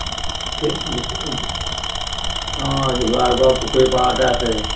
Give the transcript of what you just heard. অঁ শিৱসাগৰ পুখুৰীৰ পাৰতে আছে